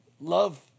Love